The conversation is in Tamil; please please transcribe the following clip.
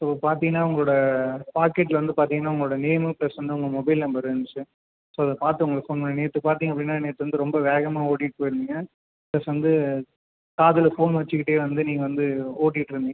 ஸோ பார்த்தீங்கன்னா உங்களோடய பாக்கெட்டில் வந்து பார்த்தீங்கன்னா உங்களோடய நேம்மு ப்ளஸ் வந்து உங்கள் மொபைல் நம்பர் இருந்துச்சு ஸோ அதை பார்த்து உங்களுக்கு ஃபோன் பண்ணிணேன் நேற்று பார்த்தீங்க அப்படின்னா நேற்று வந்து ரொம்ப வேகமாக ஓட்டிகிட்டு போயிருந்தீங்க ப்ளஸ் வந்து காதில் ஃபோன் வைச்சுக்கிட்டே வந்து நீங்கள் வந்து ஓட்டிகிட்டிருந்தீங்க